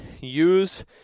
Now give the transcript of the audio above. use